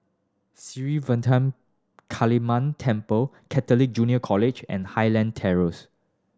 Sri Vadapathira Kaliamman Temple Catholic Junior College and Highland Terrace